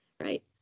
right